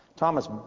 Thomas